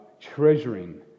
treasuring